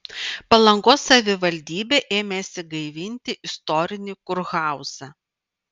palangos savivaldybė ėmėsi gaivinti istorinį kurhauzą